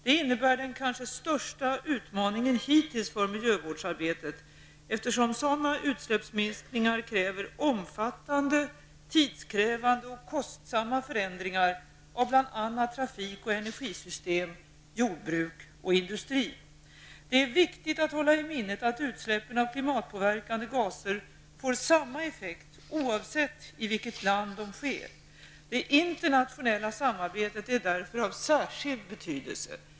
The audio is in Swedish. Det innebär den kanske största utmaningen hittills för miljövårdsarbetet, eftersom sådana utsläppsminskningar kräver omfattande, tidskrävande och kostsamma förändringar av bl.a. Det är viktigt att hålla i minnet att utsläppen av klimatpåverkande gaser får samma effekt oavsett i vilket land de sker. Det internationella samarbetet är därför av särskild betydelse.